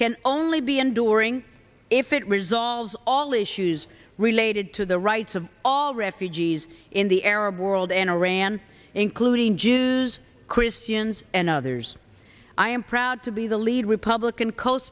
can only be enduring if it resolves all issues related to the rights of all refugees in the arab world and iran including jews christians and others i am proud to be the lead republican co